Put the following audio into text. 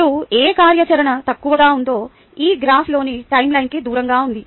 ఇప్పుడు ఏ కార్యాచరణ తక్కువగా ఉందో ఈ గ్రాఫ్లోని టైమ్లైన్ కి దూరంగా ఉంది